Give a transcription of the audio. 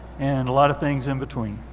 and a lot of things in between.